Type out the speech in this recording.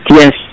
yes